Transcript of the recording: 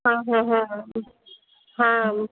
हँ हँ हँ हँ